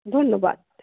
ধন্যবাদ